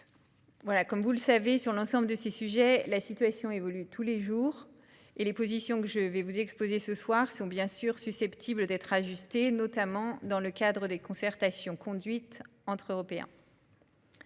Comme vous le savez, sur l'ensemble de ces sujets, la situation évolue tous les jours, et les positions que je vous exposerai ce soir sont encore susceptibles d'être ajustées, notamment dans le cadre des concertations conduites entre Européens.